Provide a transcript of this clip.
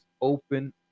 open